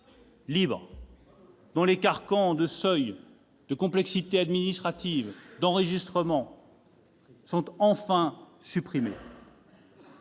libres, dont les carcans liés aux seuils, à la complexité administrative, aux enregistrements seront enfin supprimés.